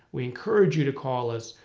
we encourage you to call us.